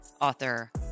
author